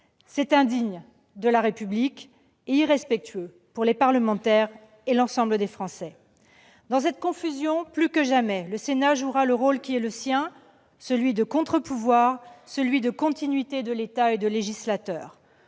C'est indigne de la République et irrespectueux pour les parlementaires, et pour l'ensemble des Français. Dans cette confusion, plus que jamais le Sénat jouera le rôle qui est le sien, celui de contre-pouvoir, de garant de la continuité de l'État et de législateur.